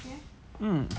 mm